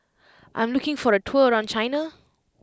I am looking for a tour around China